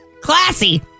Classy